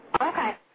Okay